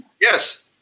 Yes